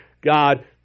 God